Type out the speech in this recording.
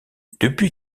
depuis